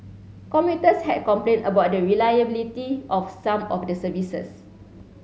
commuters had complained about the reliability of some of the services